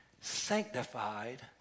sanctified